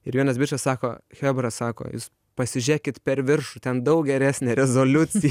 ir vienas bičas sako chebra sako jūs pasižiūrėkit per viršų ten daug geresnė rezoliuci